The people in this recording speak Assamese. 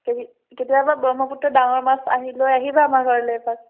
কে কেতিয়াবা ব্ৰহ্মপুত্ৰত ডাঙৰ মাছ আহি লৈ আহিবা আমাৰ ঘৰলৈ এপাক